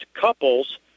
couples